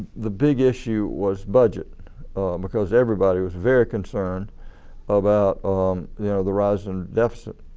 the big issue was budget because everybody was very concerned about you know the rising deficit.